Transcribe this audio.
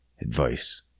advice